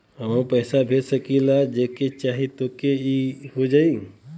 हमहू पैसा भेज सकीला जेके चाही तोके ई हो जाई?